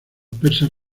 persas